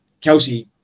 Kelsey